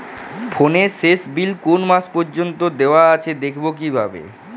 ফোনের শেষ বিল কোন মাস পর্যন্ত দেওয়া আছে দেখবো কিভাবে?